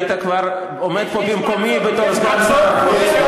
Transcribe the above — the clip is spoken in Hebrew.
היית כבר עומד פה במקומי בתור סגן שר